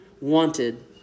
wanted